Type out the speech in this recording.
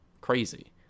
crazy